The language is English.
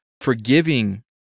forgiving